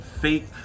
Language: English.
fake